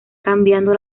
cambiando